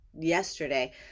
yesterday